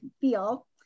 feel